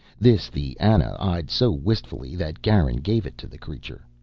this the ana eyed so wistfully that garin gave it to the creature.